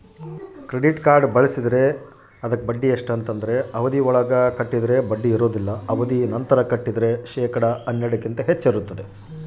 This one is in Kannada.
ಕ್ರೆಡಿಟ್ ಕಾರ್ಡ್ ಬಳಸಿದ್ರೇ ಅದಕ್ಕ ಬಡ್ಡಿ ಎಷ್ಟು?